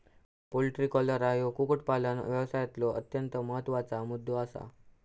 poultry cholera ह्यो कुक्कुटपालन व्यवसायातलो अत्यंत महत्त्वाचा मुद्दो आसा